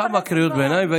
כמה קריאות ביניים.